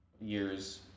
years